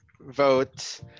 Vote